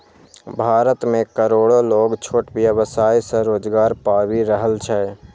भारत मे करोड़ो लोग छोट व्यवसाय सं रोजगार पाबि रहल छै